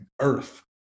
earth